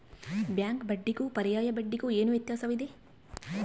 Bank ಬಡ್ಡಿಗೂ ಪರ್ಯಾಯ ಬಡ್ಡಿಗೆ ಏನು ವ್ಯತ್ಯಾಸವಿದೆ?